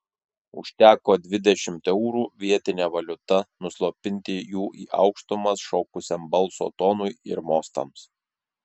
užteko dvidešimt eurų vietine valiuta nuslopinti jų į aukštumas šokusiam balso tonui ir mostams